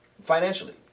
financially